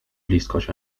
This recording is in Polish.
bliskość